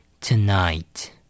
Tonight